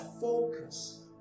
focus